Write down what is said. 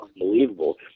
unbelievable